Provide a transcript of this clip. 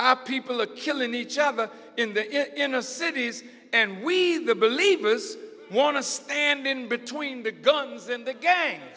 this people are killing each other in the inner cities and we the believers want to stand in between the guns in the gang